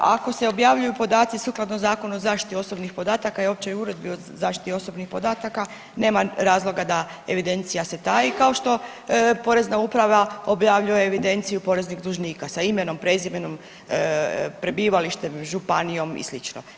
Ako se objavljuju podaci sukladno Zakonu o zaštiti osobnih podataka i Općoj uredbi o zaštiti osobnih podataka, nema razloga da evidencija se taji, kao što porezna uprava objavljuje evidenciju poreznih dužnika sa imenom, prezimenom, prebivalištem, županijom i sl.